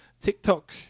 TikTok